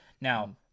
Now